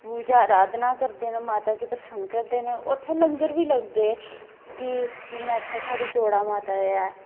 पूजा अराधना करदे न माता गी परसन्न करदे न उत्थै लंगर बी लगदे फ्ही जियां इत्थै साढ़ै जोड़ा माता ऐ